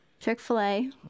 Chick-fil-A